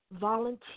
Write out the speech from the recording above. volunteer